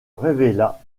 révéla